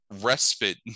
respite